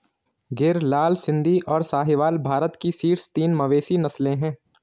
गिर, लाल सिंधी, और साहीवाल भारत की शीर्ष तीन मवेशी नस्लें हैं